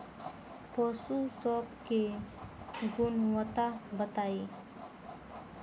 पशु सब के गुणवत्ता बताई?